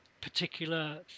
particular